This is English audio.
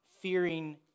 fearing